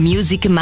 Music